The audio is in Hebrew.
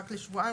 רק לשבועיים,